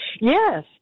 Yes